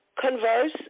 converse